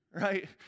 right